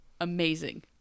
Amazing